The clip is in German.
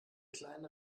kleine